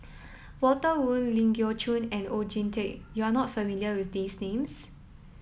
Walter Woon Ling Geok Choon and Oon Jin Teik you are not familiar with these names